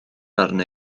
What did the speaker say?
arna